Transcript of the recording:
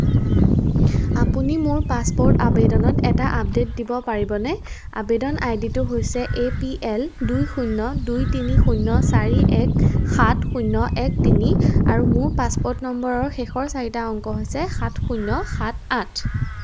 আপুনি মোৰ পাছপোৰ্ট আবেদনত এটা আপডেট দিব পাৰিবনে আৱেদন আই ডিটো হৈছে এ পি এল দুই শূন্য দুই তিনি শূন্য চাৰি এক সাত শূন্য এক তিনি আৰু মোৰ পাছপোৰ্ট নম্বৰৰ শেষৰ চাৰিটা অংক হৈছে সাত শূন্য সাত আঠ